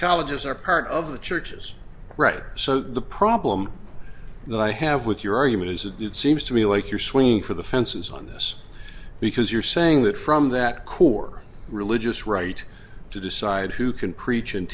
colleges are part of the church's right so the problem that i have with your argument is that it seems to me like you're swinging for the fences on this because you're saying that from that core religious right to decide who can preach and